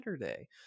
Saturday